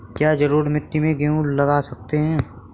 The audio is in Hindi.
क्या जलोढ़ मिट्टी में गेहूँ लगा सकते हैं?